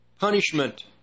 punishment